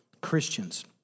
Christians